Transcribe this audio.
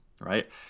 right